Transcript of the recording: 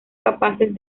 capaces